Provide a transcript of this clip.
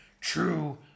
true